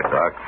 Doc